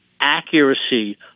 accuracy